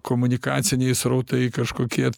komunikaciniai srautai kažkokie